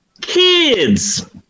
Kids